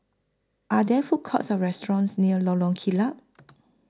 Are There Food Courts Or restaurants near Lorong Kilat